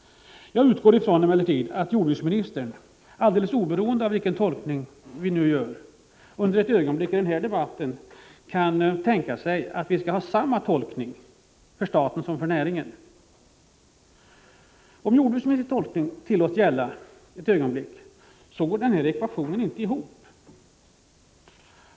Jag utgår emellertid från att jordbruksministern, alldeles oberoende av vilken tolkning man nu gör, under ett ögonblick i den här debatten kan tänka sig att samma tolkning skall gälla för staten som för näringen. Om jordbruksministerns tolkning för en stund tillåts gälla, går den här ekvationen inte ihop.